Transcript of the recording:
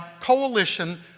coalition